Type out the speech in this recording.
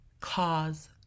cause